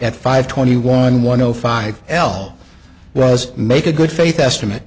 at five twenty one one zero five l was make a good faith estimate